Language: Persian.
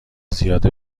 زیاد